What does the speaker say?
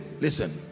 listen